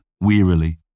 wearily